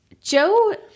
Joe